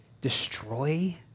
destroy